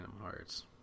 Hearts